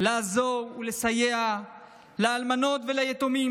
לעזור ולסייע לאלמנות וליתומים,